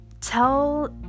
tell